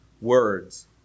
words